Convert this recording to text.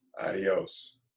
Adios